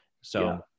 So-